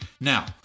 Now